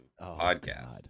podcast